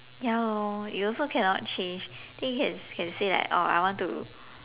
ya lor you also cannot change then you can can say like oh I want to